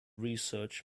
research